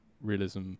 realism